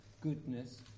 goodness